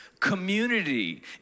Community